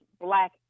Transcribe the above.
black